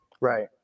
Right